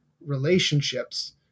relationships